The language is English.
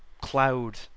cloud